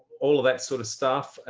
all of that sort of stuff,